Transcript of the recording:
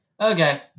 Okay